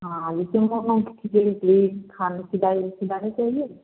हाँ जैसे खिचड़ी उचड़ी खाने खिलाना चाहिए